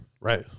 Right